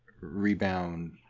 rebound